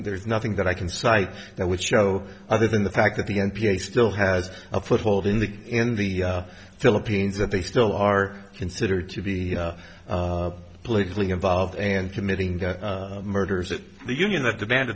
there's nothing that i can cite that would show other than the fact that the n p a still has a foothold in the in the philippines that they still are considered to be politically involved and committing the murders of the union that demand